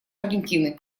аргентины